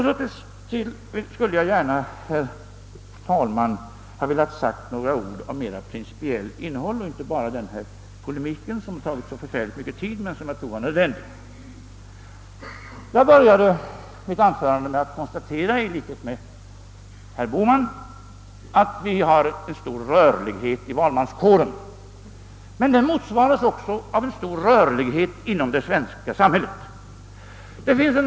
Sedan vill jag också säga några ord av mera principiell innebörd, inte bara fortsätta denna polemik, som tagit lång tid men som jag tror har varit nödvändig. Jag började mitt anförande med att i likhet med herr Bohman konstatera att rörligheten i valmanskåren är stor, men att den motsvaras av en stor rörlighet inom vårt samhälle.